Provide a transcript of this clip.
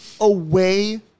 away